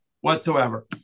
whatsoever